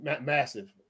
massive